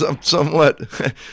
Somewhat